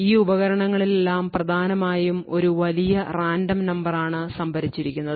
ഈ ഉപകരണങ്ങളിലെല്ലാം പ്രധാനമായും ഒരു വലിയ റാൻഡം നമ്പറാണ് സംഭരിച്ചിരിക്കുന്നത്